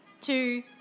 two